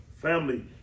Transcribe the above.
Family